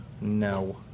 No